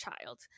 child